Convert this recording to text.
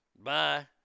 Bye